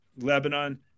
Lebanon